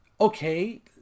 okay